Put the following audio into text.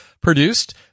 produced